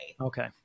Okay